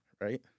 right